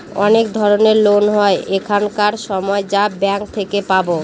অনেক ধরনের লোন হয় এখানকার সময় যা ব্যাঙ্কে থেকে পাবো